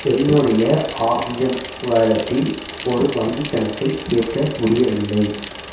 என்னுடைய ஆக்ஸிஜன் வாலெட்டில் ஒரு வங்கி கணக்கை சேர்க்க முடியவில்லை